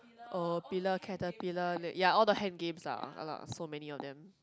oh pillar caterpillar ya all the hand games lah ah lah so many of them